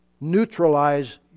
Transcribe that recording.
neutralize